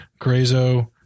Grazo